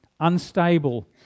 unstable